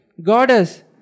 Goddess